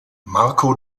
marco